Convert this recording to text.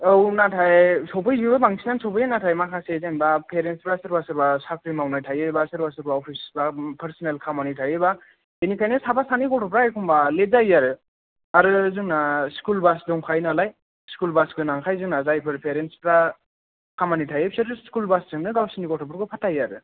औ नाथाय सौफैजोबो बांसिनानो सौफैजोबो नाथाय माखासे जेनबा पेरेन्टसफ्रा जेनबा सोरबा सोरबा साख्रि मावनाय थायो बा सोरबा सोरबा अफिस बा पार्सनेल खामानि थायो बा बिनिखायनो साफा सानै गथ'फ्रा एखनबा लेत जायो आरो आरो जोंना स्कुल बास दंखायो नालाय स्कुल बास गोनांखाय जोंना जायफोर पेरेन्टसफ्रा खामानि थायो बिसोर स्कुल बासजोंनो गावसोरनि गथ'फोरखौ फाथायो आरो